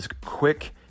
quick